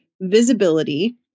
visibility